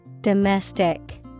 Domestic